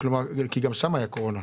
גם שם היה קורונה.